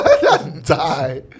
Die